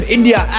India